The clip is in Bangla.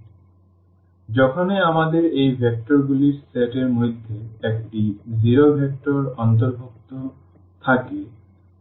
সুতরাং যখনই আমাদের এই ভেক্টরগুলির সেট এর মধ্যে একটি শূন্য ভেক্টর অন্তর্ভুক্ত থাকে